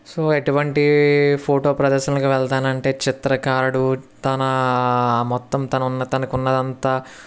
so ఎటువంటి photo ప్రదర్శనలకి వెళ్తాను అంటే చిత్రకారుడు తన మొత్తం తన ఉన్న తనకి ఉన్నదీ అంతా